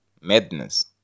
madness